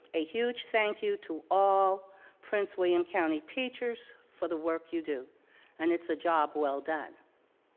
a huge thank you to all prince william county teachers for the work you do and it's a job well done.